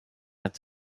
its